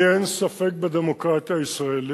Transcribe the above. לי אין ספק בדמוקרטיה הישראלית.